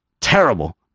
terrible